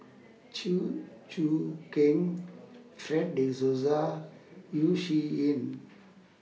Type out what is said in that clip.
Chew Choo Keng Fred De Souza Yeo Shih Yun